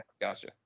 gotcha